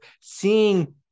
seeing